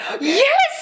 Yes